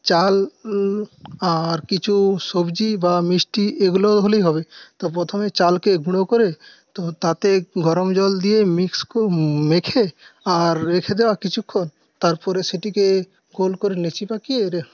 চাল আর কিছু সবজি বা মিষ্টি এগুলো হলেই হবে তো প্রথমে চালকে গুঁড়ো করে তাতে গরমজল দিয়ে মিক্স করে মেখে আর রেখে দেওয়া কিছুক্ষণ তারপরে সেটিকে গোল করে লেচি পাকিয়ে